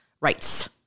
rights